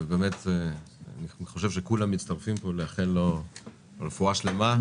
ובאמת אני חושב שכולם מצטרפים פה לאחל לו רפואה שלמה.